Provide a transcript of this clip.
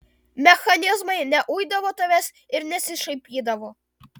mechanizmai neuidavo tavęs ir nesišaipydavo